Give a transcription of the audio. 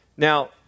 Now